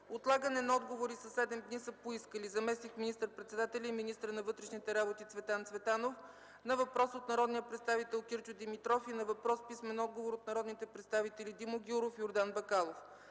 отлагане на отговорите със 7 дни са поискали: - заместник министър-председателят и министър на вътрешните работи Цветан Цветанов – на въпрос от народния представител Кирчо Димитров и на въпрос с писмен отговор от народните представители Димо Гяуров и Йордан Бакалов;